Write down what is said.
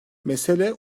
mesele